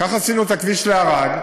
כך עשינו את הכביש לערד.